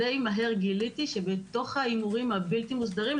די מהר גיליתי שבתוך ההימורים הבלתי מוכרים,